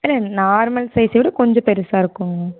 இது நார்மல் சைஸை விட கொஞ்சம் பெருசாக இருக்குதுங்க